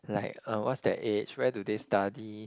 like uh what's their age where do they study